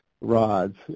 rods